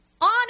on